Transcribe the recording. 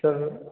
sir